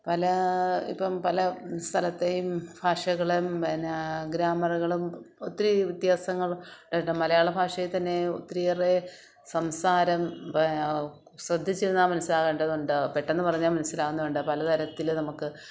പല ഇപ്പം പല സ്ഥലത്തെയും ഭാഷകൾ പിന്നെ ഗ്രാമറുകളും ഒത്തിരി വ്യത്യാസങ്ങൾ മലയാള ഭാഷയിൽ തന്നെ ഒത്തിരിയേറെ സംസാരം ശ്രദ്ധിച്ചിരുന്ന് മനസിലാക്കേണ്ടതുണ്ട് പെട്ടന്ന് പറഞ്ഞാൽ മനസിലാവുന്നതുണ്ട് പല തരത്തിൽ നമുക്ക്